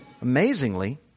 Amazingly